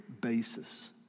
basis